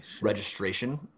registration